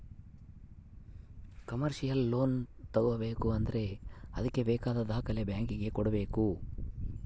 commercial loan ತಗೋಬೇಕು ಅಂದ್ರೆ ಅದ್ಕೆ ಬೇಕಾದ ದಾಖಲೆ ಬ್ಯಾಂಕ್ ಗೆ ಕೊಡ್ಬೇಕು